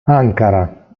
ankara